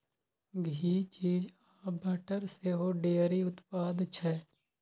घी, cheese आ butter सेहो dairy उत्पाद छै